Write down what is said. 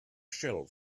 shell